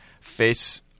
face